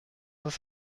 ist